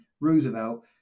Roosevelt